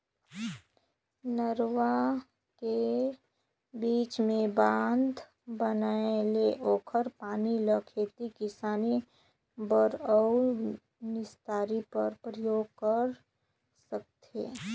नरूवा के बीच मे बांध बनाये ले ओखर पानी ल खेती किसानी बर अउ निस्तारी बर परयोग कर सकथें